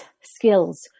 skills